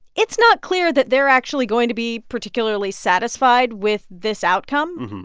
it's not clear that they're actually going to be particularly satisfied with this outcome.